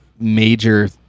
major